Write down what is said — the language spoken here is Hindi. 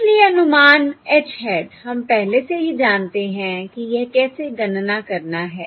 इसलिए अनुमान h hat हम पहले से ही जानते हैं कि यह कैसे गणना करना है